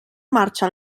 marxa